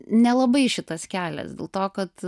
nelabai šitas kelias dėl to kad